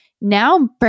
now